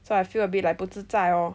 so I feel a bit like 不自在 oh